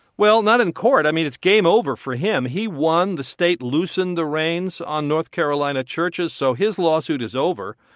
well, not in court. i mean, it's game over for him. he won. the state loosened the reins on north carolina churches. so his lawsuit is over.